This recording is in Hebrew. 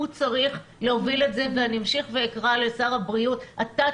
הוא צריך להוביל את זה ואני אמשיך ואקרא לשר הבריאות ואומר לו שהוא